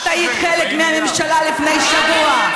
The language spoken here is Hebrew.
את היית חלק מהממשלה לפני שבוע,